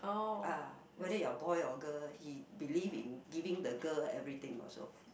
ah whether you are boy or girl he believe in giving the girl everything also